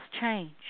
change